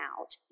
out